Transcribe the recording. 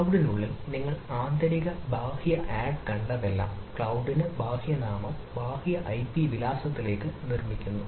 ക്ലൌഡിനുള്ളിൽ നിങ്ങൾ ആന്തരിക ബാഹ്യ ആഡ് കണ്ടതെല്ലാം ക്ലൌഡിന് ബാഹ്യ നാമം ബാഹ്യ ഐപി വിലാസത്തിലേക്ക് നിർമ്മിക്കുന്നു